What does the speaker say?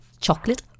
Chocolate